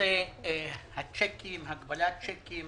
נושא הצ'קים והגבלת הצ'קים